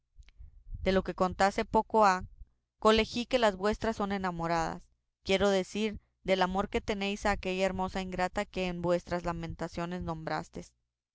de lo que contaste poco ha colegí que las vuestras son enamoradas quiero decir del amor que tenéis a aquella hermosa ingrata que en vuestras lamentaciones nombrastes